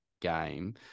game